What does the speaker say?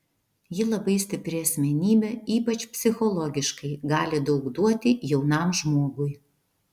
ji labai stipri asmenybė ypač psichologiškai gali daug duoti jaunam žmogui